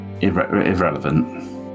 irrelevant